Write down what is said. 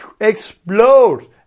explode